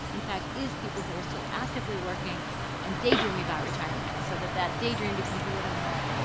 in fact, is people who are still actively working and daydreaming about retirement, so that that daydream becomes a little more,